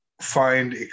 find